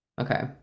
Okay